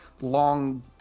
long